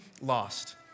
lost